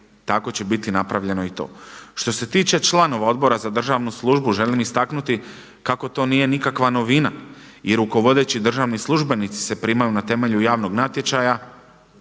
tako će biti napravljeno i to. Što se tiče članova Odbora za državnu službu želim istaknuti kako to nije nikakva novina. I rukovodeći državni službenici se primaju na temelju javnog natječaja